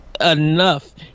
enough